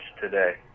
today